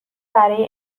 برای